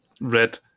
red